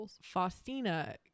Faustina